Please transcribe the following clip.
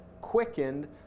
quickened